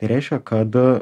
tai reiškia kad